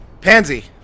Pansy